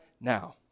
now